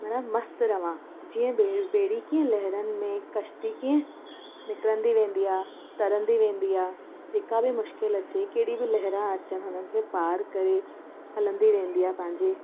मना मस्त रहां जीअं ॿे ॿेड़ी कीअं लहरनि में कश्ती कीअं निकिरंदी वेंदी आहे तरंदी वेंदी आहे जेका बि मुश्किलु अचे कहिड़ी बि लहरां अचनि हुननि खे पार करे हलंदी वेंदी आहे पंहिंजे